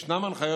יש הנחיות